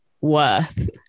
worth